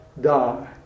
die